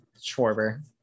Schwarber